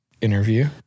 interview